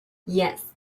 yes